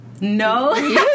No